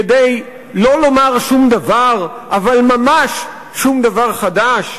כדי לא לומר שום דבר, אבל ממש שום דבר חדש?